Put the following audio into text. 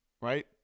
right